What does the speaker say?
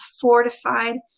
fortified